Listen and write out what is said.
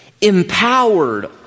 empowered